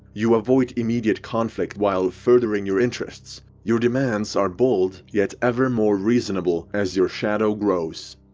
you avoid immediate conflict, while furthering your interests. your demands are bold, yet ever-more reasonable, as your shadow grows.